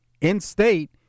in-state